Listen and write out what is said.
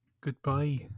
Goodbye